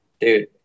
dude